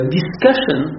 discussion